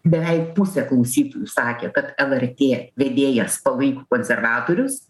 beveik pusė klausytojų sakė kad lrt vedėjas palaiko konservatorius